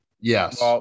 Yes